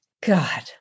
God